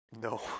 No